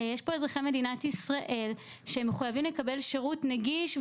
יש פה אזרחים של מדינת ישראל שהם מחויבים לקבל שירות נגיש.